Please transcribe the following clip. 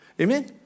Amen